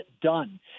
done